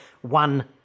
one